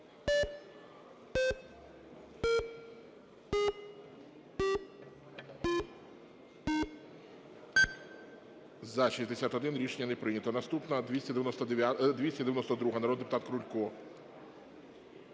За-61 Рішення не прийнято. Наступна – 292-а, народний депутат Крулько.